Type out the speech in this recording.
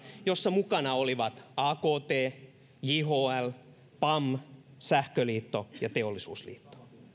jossa mukana olivat akt jhl pam sähköliitto ja teollisuusliitto